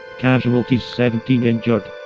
casualities seventeen injured